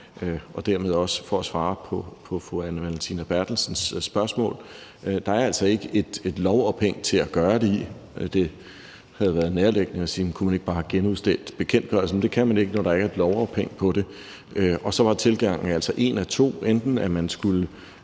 og dermed kan jeg for at svare på fru Anne Valentina Berthelsens spørgsmål sige: Der er altså ikke et lovophæng til at gøre det med. Det havde været nærliggende at sige: Kunne man ikke bare have genudstedt bekendtgørelsen? Men det kan man ikke, når der ikke er et lovophæng her, og så var tilgangen altså en af to mulige: